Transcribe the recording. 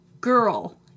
girl